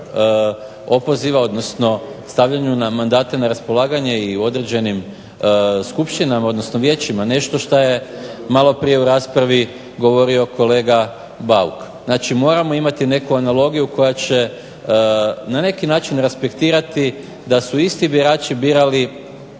opoziva, odnosno stavljanju mandata na raspolaganje i u određenim skupštinama, odnosno vijećima. Nešto što je maloprije u raspravi govorio kolega Bauk. Znači, moramo imati neku analogiju koja će na neki način respektirati da su isti birači birali